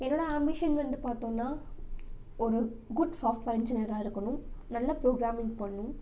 என்னோடய ஆம்பிஷன் வந்து பார்த்தோன்னா ஒரு குட் சாஃப்ட்வேர் இன்ஜினியராக இருக்கணும் நல்ல ப்ரோக்ராமிங் பண்ணணும்